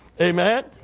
Amen